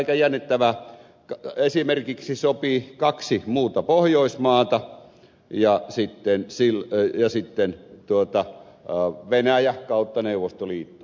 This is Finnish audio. aika jännittävästi esimerkiksi sopi kaksi muuta pohjoismaata ja sitten venäjä neuvostoliitto